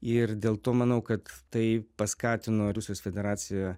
ir dėl to manau kad tai paskatino rusijos federaciją